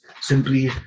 simply